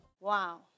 Wow